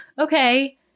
Okay